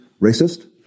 racist